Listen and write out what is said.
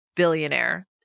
billionaire